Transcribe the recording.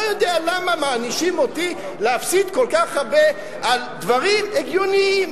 לא יודע למה מענישים אותי להפסיד כל כך הרבה על דברים הגיוניים,